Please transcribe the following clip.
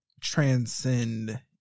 transcend